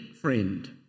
friend